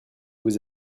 vous